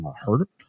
hurt